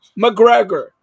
McGregor